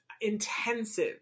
intensive